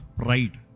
pride